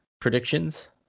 predictions